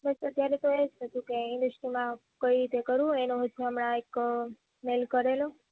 બસ તો ત્યારે તો એ જ હતું કે ઈન્ડસ્ટ્રીમાં કઈ રીતે કરવું એનું હમણાં એક મેલ કરેલો